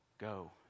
Go